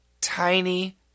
tiny